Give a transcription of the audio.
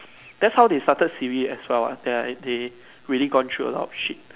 that's how they started Siri as well what they they really gone through a lot of shit